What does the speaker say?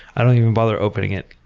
i don't even bother opening it.